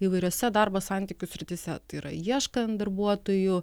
įvairiose darbo santykių srityse tai yra ieškant darbuotojų